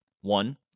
One